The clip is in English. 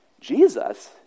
Jesus